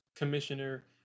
Commissioner